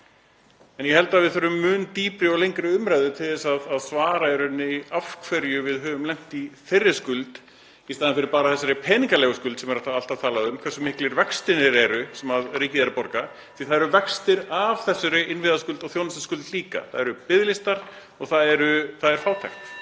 en ég held að við þurfum mun dýpri og lengri umræðu til þess að svara því af hverju við höfum lent í þeirri skuld í staðinn fyrir bara þessa peningalegu skuld sem er alltaf talað um, (Forseti hringir.) hversu miklir vextirnir eru sem ríkið er að borga. Það eru vextir af þessari innviðaskuld og þjónustuskuld líka. Það eru biðlistar og það er fátækt.